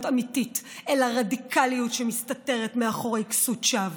אמיתית אלא רדיקליות שמסתתרת מאחורי כסות שווא.